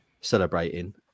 celebrating